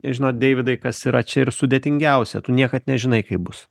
žinot deividai kas yra čia ir sudėtingiausia tu niekad nežinai kaip bus